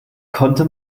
konnte